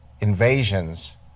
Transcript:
invasions